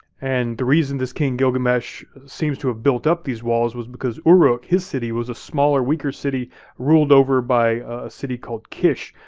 and the reason this king, gilgamesh, seems to have built up these walls was because uruk, his city, was a smaller, weaker city ruled over by a city called kish,